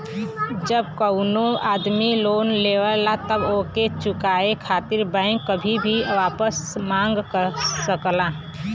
जब कउनो आदमी लोन लेवला तब ओके चुकाये खातिर बैंक कभी भी वापस मांग सकला